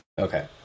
okay